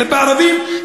כלפי הערבים,